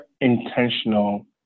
intentional